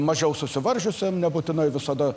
mažiau susivaržiusiam nebūtinai visada